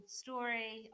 story